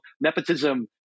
nepotism